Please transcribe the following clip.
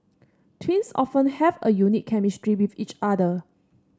twins often have a unique chemistry with each other